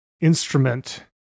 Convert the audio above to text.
instrument